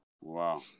Wow